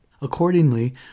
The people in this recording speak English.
Accordingly